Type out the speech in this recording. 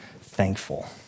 thankful